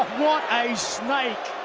what a snake.